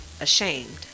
ashamed